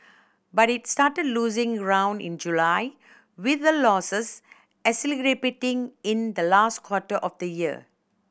but it started losing ground in July with the losses in the last quarter of the year